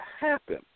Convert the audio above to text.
happen